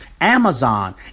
Amazon